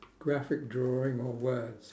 graphic drawing or words